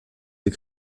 ses